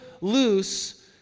loose